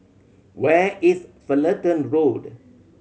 where is Fullerton Road